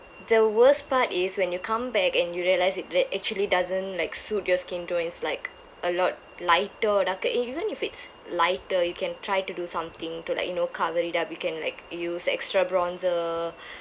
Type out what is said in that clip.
the worst part is when you come back and you realise it re~ actually doesn't like suit your skin tone it's like a lot lighter or darker even if it's lighter you can try to do something to like you know cover it up you can like use extra bronzer